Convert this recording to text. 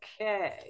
okay